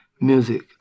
music